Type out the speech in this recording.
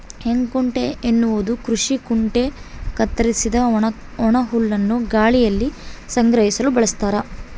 ಹೇಕುಂಟೆ ಎನ್ನುವುದು ಕೃಷಿ ಕುಂಟೆ ಕತ್ತರಿಸಿದ ಒಣಹುಲ್ಲನ್ನು ಗಾಳಿಯಲ್ಲಿ ಸಂಗ್ರಹಿಸಲು ಬಳಸ್ತಾರ